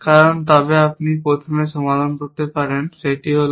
কারণ তবে আপনি প্রথমে সমাধান করতে পারেন সেটি হল